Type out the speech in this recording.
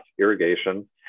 irrigation